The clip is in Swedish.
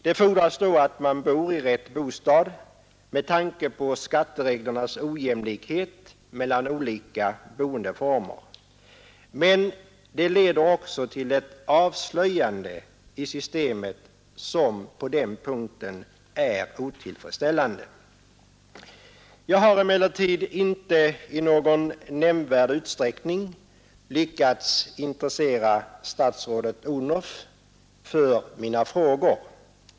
Det fordras då att man bor i rätt bostad med tanke på skattereglernas ojämlikhet vad beträffar olika boendeformer, men detta leder också till ett avslöjande av att systemet på den punkten är otillfredsställande. Jag har emellertid inte i någon nämnvärd utsträckning lyckats intressera statsrådet Odhnoff för mina frågor.